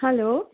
hello